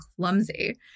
clumsy